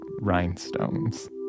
rhinestones